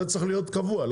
זה צריך להיות קבוע.